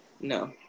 no